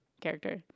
character